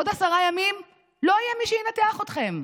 בעוד עשרה ימים לא יהיה מי שינתח אתכם.